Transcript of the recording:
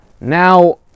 Now